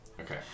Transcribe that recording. Okay